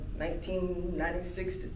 1996